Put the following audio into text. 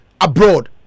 abroad